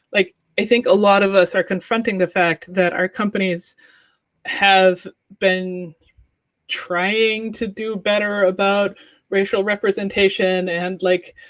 like, i think a lot of us are confronting the fact that our companies have been trying to do better about racial representation, and, like,